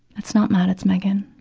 it's not matt it's megan.